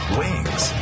wings